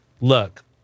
look